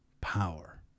power